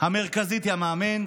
המרכזית היא המאמן,